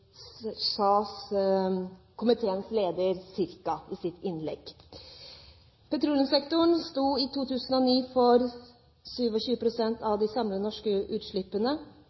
komiteens leder, sånn cirka, i sitt innlegg. Petroleumssektoren sto i 2009 for 27 pst. av de samlede norske utslippene.